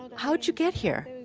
how did you get here?